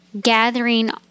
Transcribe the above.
gathering